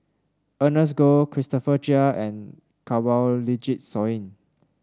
Ernest Goh Christopher Chia and Kanwaljit Soin